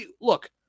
look